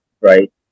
right